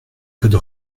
code